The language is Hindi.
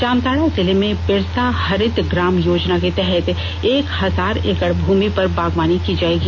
जामताड़ा जिले में बिरसा हरित ग्राम योजना के तहत एक हजारएकड़ भूमि पर बागवानी की जाएगी